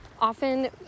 often